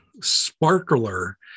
sparkler